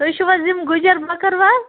تُہۍ چھو حظ یِم گُجر بَکٕروال